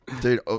dude